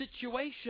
situation